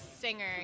singer